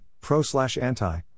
pro-slash-anti